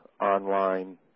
online